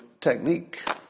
technique